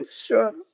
Sure